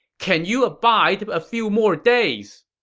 can you abide a few more days?